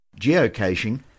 Geocaching